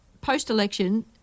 post-election